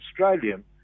Australian